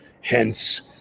hence